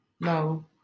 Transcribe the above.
no